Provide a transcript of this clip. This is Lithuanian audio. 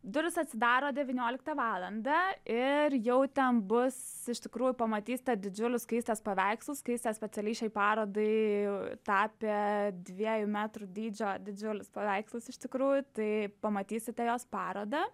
durys atsidaro devynioliktą valandą ir jau ten bus iš tikrųjų pamatysite didžiulius skaistės paveikslus skaistė specialiai šiai parodai tapė dviejų metrų dydžio didžiulius paveikslus iš tikrųjų tai pamatysite jos parodą